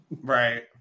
Right